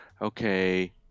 okay